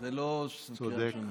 צודק.